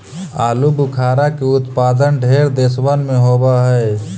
आलूबुखारा के उत्पादन ढेर देशबन में होब हई